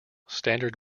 standard